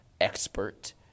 expert